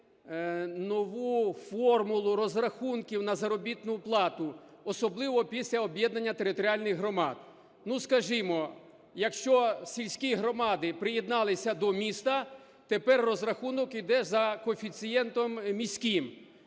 нову формулу розрахунків на заробітну плату, особливо після об'єднання територіальних громад. Ну, скажімо, якщо сільські громади приєдналися до міста, тепер розрахунок йде за коефіцієнтом міським,